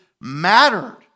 mattered